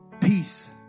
peace